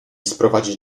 sprowadzić